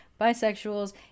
bisexuals